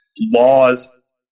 laws